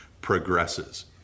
progresses